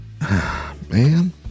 man